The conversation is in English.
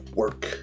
work